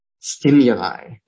stimuli